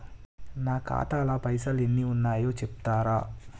నా ఖాతా లా పైసల్ ఎన్ని ఉన్నాయో చెప్తరా?